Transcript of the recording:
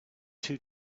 two